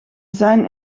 zijn